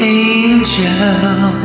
angel